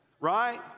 right